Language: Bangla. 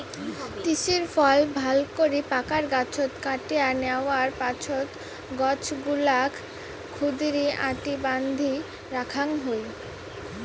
তিসির ফল ভালকরি পাকার পাছত কাটিয়া ন্যাওয়ার পাছত গছগুলাক ক্ষুদিরী আটি বান্ধি রাখাং হই